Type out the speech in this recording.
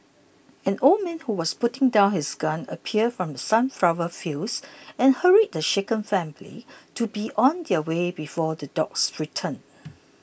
an old man who was putting down his gun appeared from the sunflower fields and hurried the shaken family to be on their way before the dogs return